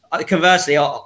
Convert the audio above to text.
conversely